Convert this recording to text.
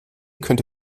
könnte